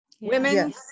Women